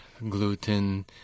gluten